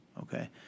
Okay